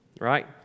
right